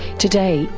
today,